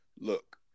look